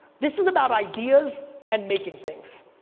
this is about ideas and making things.